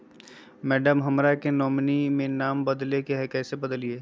madam, हमरा के nominee में नाम बदले के हैं, कैसे बदलिए